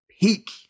Peak